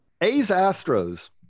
A's-Astros